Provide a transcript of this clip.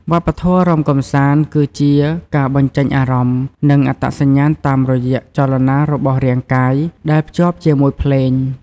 វប្បធម៌រាំកម្សាន្ត គឺជាការបញ្ចេញអារម្មណ៍ និងអត្តសញ្ញាណតាមរយៈចលនារបស់រាងកាយ ដែលភ្ជាប់ជាមួយភ្លេង។